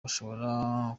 bashobora